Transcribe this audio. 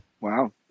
Wow